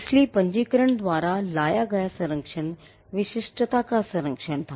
इसलिए पंजीकरण द्वारा लाया गया संरक्षण विशिष्टता का संरक्षण था